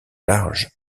large